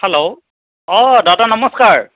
hello অঁ দাদা নমস্কাৰ